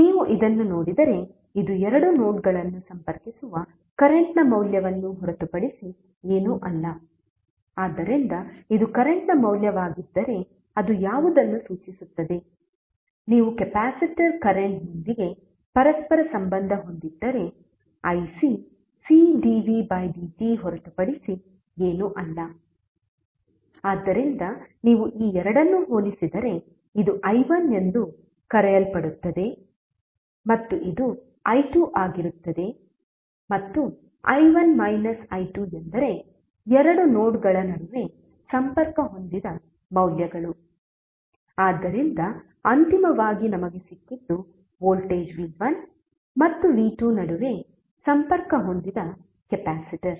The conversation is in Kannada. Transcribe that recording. ನೀವು ಇದನ್ನು ನೋಡಿದರೆ ಇದು ಎರಡು ನೋಡ್ಗಳನ್ನು ಸಂಪರ್ಕಿಸುವ ಕರೆಂಟ್ ನ ಮೌಲ್ಯವನ್ನು ಹೊರತುಪಡಿಸಿ ಏನೂ ಅಲ್ಲ ಆದ್ದರಿಂದ ಇದು ಕರೆಂಟ್ ನ ಮೌಲ್ಯವಾಗಿದ್ದರೆ ಅದು ಯಾವುದನ್ನು ಸೂಚಿಸುತ್ತದೆ ನೀವು ಕೆಪಾಸಿಟರ್ ಕರೆಂಟ್ನೊಂದಿಗೆ ಪರಸ್ಪರ ಸಂಬಂಧ ಹೊಂದಿದ್ದರೆ ic C dv dt ಹೊರತುಪಡಿಸಿ ಏನೂ ಅಲ್ಲ ಆದ್ದರಿಂದ ನೀವು ಈ ಎರಡನ್ನು ಹೋಲಿಸಿದರೆ ಇದು i1 ಎಂದು ಕರೆಯಲ್ಪಡುತ್ತದೆ ಮತ್ತು ಇದು i2 ಆಗಿರುತ್ತದೆ ಮತ್ತು i1 ಮೈನಸ್ i2 ಎಂದರೆ ಎರಡು ನೋಡ್ಗಳ ನಡುವೆ ಸಂಪರ್ಕ ಹೊಂದಿದ ಮೌಲ್ಯಗಳು ಆದ್ದರಿಂದ ಅಂತಿಮವಾಗಿ ನಮಗೆ ಸಿಕ್ಕಿದ್ದು ವೋಲ್ಟೇಜ್ v1 ಮತ್ತು v2 ನಡುವೆ ಸಂಪರ್ಕ ಹೊಂದಿದ ಕೆಪಾಸಿಟರ್